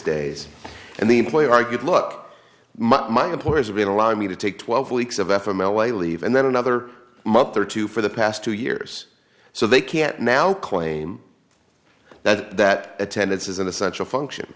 days and the employer argued look my my employers have been allowing me to take twelve weeks of f m l a leave and then another month or two for the past two years so they can't now claim that that attendance is an essential function